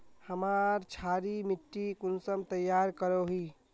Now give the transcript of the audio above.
हमार क्षारी मिट्टी कुंसम तैयार करोही?